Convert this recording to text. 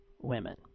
women